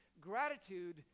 Gratitude